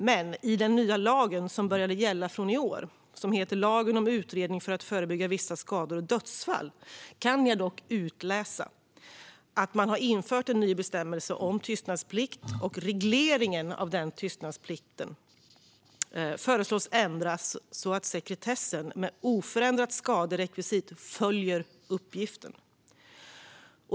Men i den nya lag som började gälla från och med i år - lagen om utredningar för att förebygga vissa skador och dödsfall - kan jag dock utläsa att man har infört en ny bestämmelse om tystnadsplikt. Det föreslås att regleringen av denna tystnadsplikt ändras så att sekretessen med oförändrat skaderekvisit följer uppgiften.